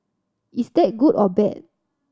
is that good or bad